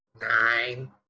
Nine